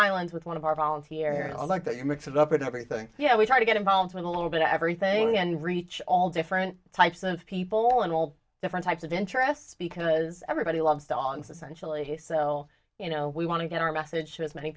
island with one of our volunteer i like that you mix it up in everything yeah we try to get involved with a little bit of everything and reach all different types of people and all different types of interests because everybody loves dogs essentially so you know we want to get our message